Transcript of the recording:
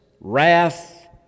wrath